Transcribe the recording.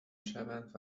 شوند